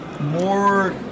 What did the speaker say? More